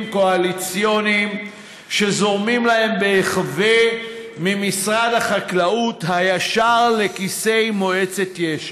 קואליציוניים שזורמים להם בהיחבא ממשרד החקלאות הישר לכיסי מועצת יש"ע.